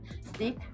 stick